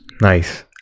Nice